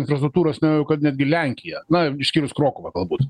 infrastruktūros negu kad netgi lenkija na išskyrus krokuvą galbūt